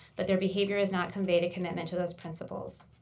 but their behavior is not conveyed a commitment to those principles.